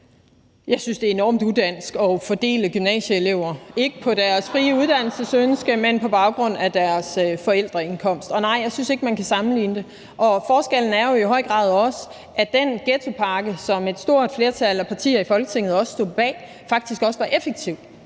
Jeg synes, det er enormt udansk at fordele gymnasieelever, ikke efter deres frie uddannelsesønsker, men på baggrund af deres forældres indkomst. Og nej, jeg synes ikke, man kan sammenligne det. Forskellen er i høj grad også, at den ghettopakke, som et stort flertal af partier i Folketinget stod bag, faktisk også var effektiv,